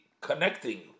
connecting